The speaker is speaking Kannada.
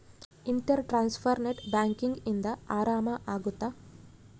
ಇಂಟರ್ ಟ್ರಾನ್ಸ್ಫರ್ ನೆಟ್ ಬ್ಯಾಂಕಿಂಗ್ ಇಂದ ಆರಾಮ ಅಗುತ್ತ